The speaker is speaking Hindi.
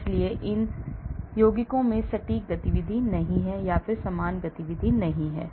इसलिए इन यौगिकों में सटीक गतिविधि नहीं है समान गतिविधि है